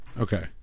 Okay